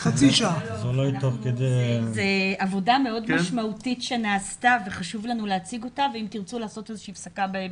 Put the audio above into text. אנחנו שואלים אותם עד כמה הם נחשפו לנושאי בטיחות בשנים